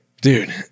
Dude